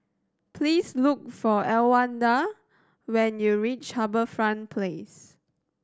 please look for Elwanda when you reach HarbourFront Place